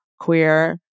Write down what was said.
queer